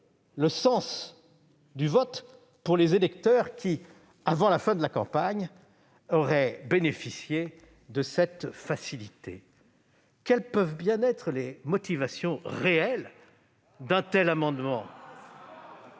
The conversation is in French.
le sens du vote pour les électeurs qui, avant la fin de la campagne, auraient bénéficié de cette facilité. Quelles peuvent bien être les motivations réelles d'un tel amendement ?